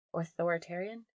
authoritarian